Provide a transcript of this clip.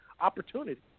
opportunity